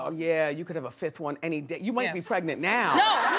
ah yeah, you could have a fifth one any day. you might be pregnant now!